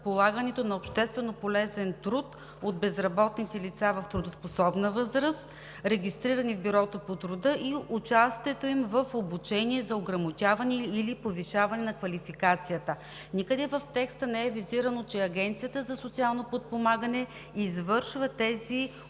на общественополезен труд от безработните лица в трудоспособна възраст, регистрирани в Бюрото по труда, и участието им в обучение за ограмотяване или повишаване на квалификацията. Никъде в текста не е визирано, че Агенцията за социално подпомагане извършва тези